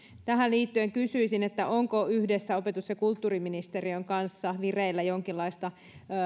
tähän liittyen kysyisin onko yhdessä opetus ja kulttuuriministeriön kanssa vireillä jonkinlaista